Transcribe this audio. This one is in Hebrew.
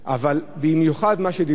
אבל במיוחד מה שדיברו,